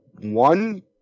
one